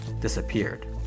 disappeared